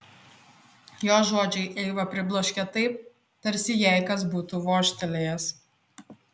jo žodžiai eivą pribloškė taip tarsi jai kas būtų vožtelėjęs